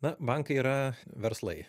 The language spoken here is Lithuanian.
na bankai yra verslai